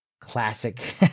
classic